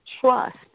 trust